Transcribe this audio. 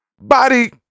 body